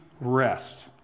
rest